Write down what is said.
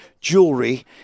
Jewelry